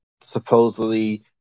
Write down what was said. supposedly